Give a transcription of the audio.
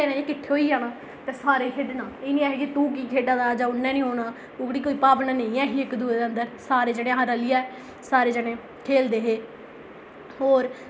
पूरे म्हल्ले दे किट्ठे होई आना ते सारें खेढ़ना इयां नेईं कि तू कि खेढाना जा उ'नें नेईं औना एह्कड़ी कोई भावना नेईं है ही इक दुए दे अंदर सारे रलियै सारे जनें खेलदे हे होर सारें पछोआड़ बेई आना